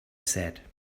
said